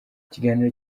ikiganiro